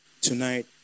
tonight